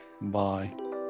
Bye